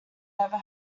never